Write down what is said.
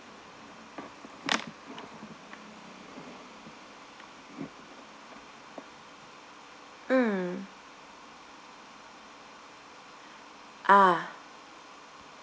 mm ah